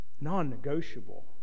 Non-negotiable